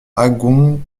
agon